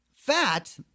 Fat